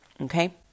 Okay